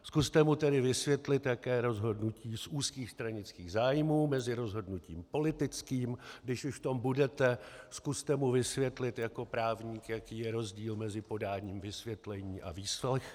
Zkuste mu tedy vysvětlit, jaké je rozhodnutí z úzkých stranických zájmů a rozhodnutí politické, když už v tom budete, zkuste mu vysvětlit jako právník, jaký je rozdíl mezi podáním vysvětlení a výslechem.